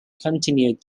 continued